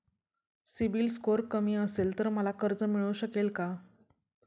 CIBIL score कमी असेल तर मला कर्ज मिळू शकेल का?